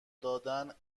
دادن